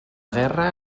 guerra